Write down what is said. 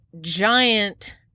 giant